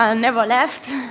ah never left.